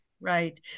right